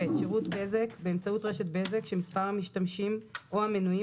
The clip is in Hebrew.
שירות בזק באמצעות רשת בזק שמספר המשתמשים או המנויים